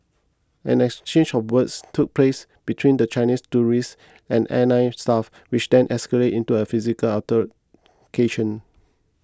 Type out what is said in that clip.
an exchange of words took place between the Chinese tourists and airline staff which then escalated into a physical altercation